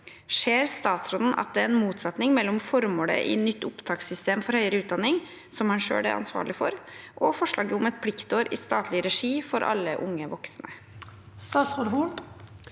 Ser statsråden at det er en motsetning mellom formålet i nytt opptakssystem for høyere utdanning, som hun selv er ansvarlig for, og forslaget om et pliktår i statlig regi for alle unge voksne?» Statsråd Oddmund